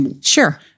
Sure